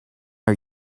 are